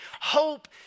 Hope